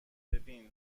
ببین